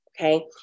Okay